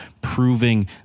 proving